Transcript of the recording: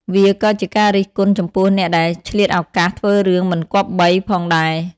វាក៏ជាការរិះគន់ចំពោះអ្នកដែលឆ្លៀតឱកាសធ្វើរឿងមិនគប្បីផងដែរ។